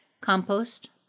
Compost